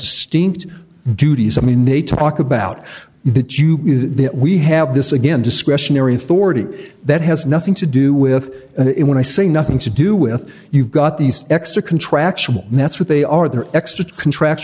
steamed duties i mean they talk about that you we have this again discretionary authority that has nothing to do with it when i say nothing to do with you've got these extra contractual that's what they are the extra contracts